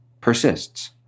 persists